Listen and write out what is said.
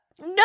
no